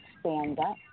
Stand-Up